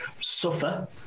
suffer